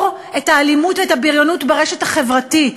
את האלימות ואת הבריונות ברשת החברתית,